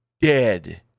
dead